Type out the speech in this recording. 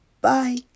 bye